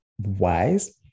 wise